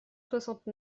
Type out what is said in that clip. soixante